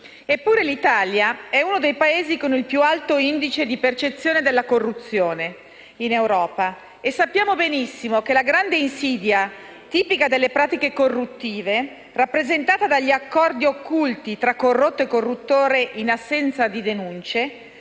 Eppure l'Italia è uno dei Paesi con il più alto indice di percezione della corruzione in Europa e sappiamo benissimo che la grande insidia tipica delle pratiche corruttive, rappresentata dagli accordi occulti tra corrotto e corruttore in assenza di denunce,